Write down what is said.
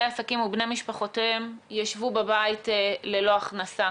עסקים ובני משפחותיהם ישבו בבית ללא הכנסה.